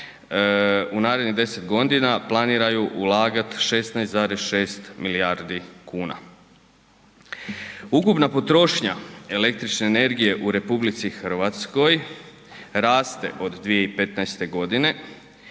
u narednih 10.g. planiraju ulagat 16,6 milijardi kuna. Ukupna potrošnja električne energije u RH raste od 2015.g. i